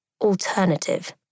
alternative